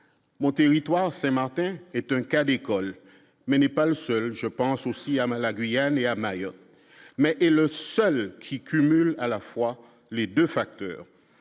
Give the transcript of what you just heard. mon territoire Saint-Martin Martin est un cas d'école mais n'est pas le seul, je pense aussi à mal à Guyane et à Mayotte, mais est le seul qui cumule à la fois les 2 facteurs